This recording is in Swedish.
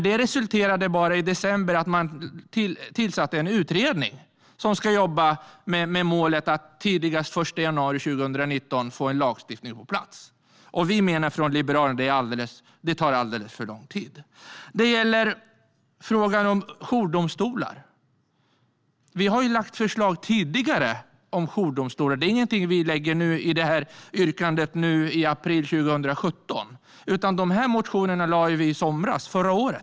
Det resulterade dock bara i att man i december tillsatte en utredning som ska jobba med målet att vi tidigast den 1 januari 2019 får en lagstiftning på plats. Vi från Liberalerna menar att det tar alldeles för lång tid. Det gäller även frågan om jourdomstolar. Vi har lagt fram förslag om jourdomstolar tidigare; det är ingenting vi lägger fram i ett yrkande nu, i april 2017. Dessa motioner lämnade vi ju i somras - förra året.